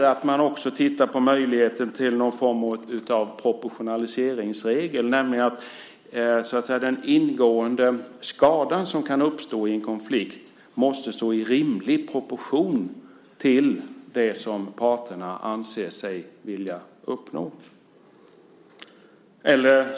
Man kan också titta på möjligheten till någon form av proportionaliseringsregel, så att den ingående skada som kan uppstå i en konflikt måste stå i rimlig proposition till det som parterna anser sig vilja uppnå.